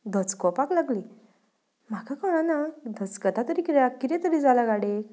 धचकोपाक लागली म्हाका कळना धस्कता तरी कित्याक कितें तरी जालां गाडयेक